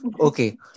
Okay